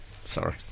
Sorry